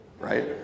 right